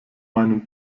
meinen